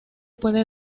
puede